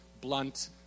blunt